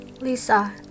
Lisa